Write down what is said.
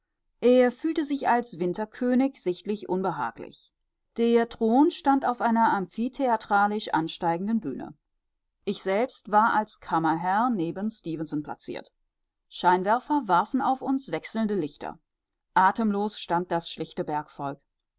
er fühlte sich als winterkönig sichtlich unbehaglich der thron stand auf einer amphitheatralisch ansteigenden bühne ich selbst war als kammerherr neben stefenson plaziert scheinwerfer warfen auf uns wechselnde lichter atemlos stand das schlichte